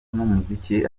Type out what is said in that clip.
n’umuziki